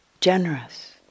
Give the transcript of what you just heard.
generous